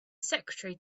secretary